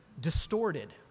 distorted